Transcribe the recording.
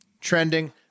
trending